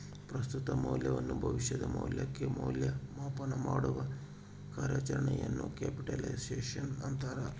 ಪ್ರಸ್ತುತ ಮೌಲ್ಯವನ್ನು ಭವಿಷ್ಯದ ಮೌಲ್ಯಕ್ಕೆ ಮೌಲ್ಯ ಮಾಪನಮಾಡುವ ಕಾರ್ಯಾಚರಣೆಯನ್ನು ಕ್ಯಾಪಿಟಲೈಸೇಶನ್ ಅಂತಾರ